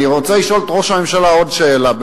אני רוצה לשאול את ראש הממשלה עוד שאלה.